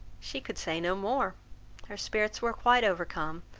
she could say no more her spirits were quite overcome,